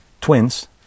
twins